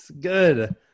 Good